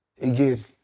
again